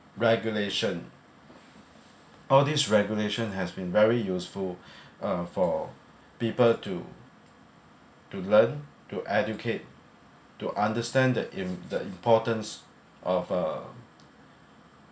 regulation all these regulation has been very useful uh for people to to learn to educate to understand that im~ the importance of a